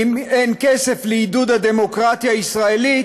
אם אין כסף לעידוד הדמוקרטיה הישראלית,